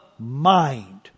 Mind